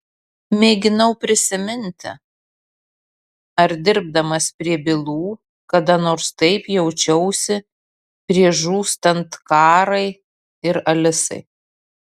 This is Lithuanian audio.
mėginau prisiminti ar dirbdamas prie bylų kada nors taip jaučiausi prieš žūstant karai ir alisai